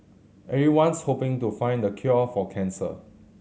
everyone's hoping to find the cure for cancer